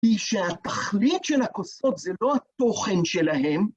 היא שהתכלית של הכוסות זה לא התוכן שלהם,